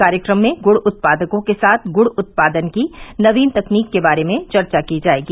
कार्यक्रम में गुड़ उत्पादकों के साथ गुड़ उत्पादन की नवीन तकनीकी के बारे में चर्चा की जायेगी